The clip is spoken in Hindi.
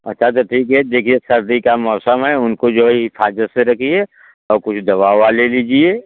अच्छा तो ठीक है देखिए सर्दी का मौसम है उनको जो है हिफाजत से रखिए और कुछ दवा ओवा ले लीजिए